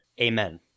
amen